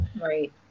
Right